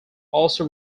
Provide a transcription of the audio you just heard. also